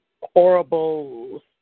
horrible